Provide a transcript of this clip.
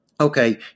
okay